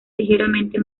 ligeramente